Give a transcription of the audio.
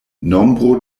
nombro